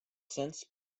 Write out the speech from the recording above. since